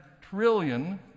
trillion